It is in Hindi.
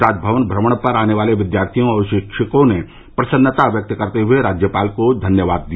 राजमवन भ्रमण पर आने वाले विद्यार्थियों और शिक्षकों ने प्रसन्नता व्यक्त करते हुए राज्यपाल को धन्यवाद दिया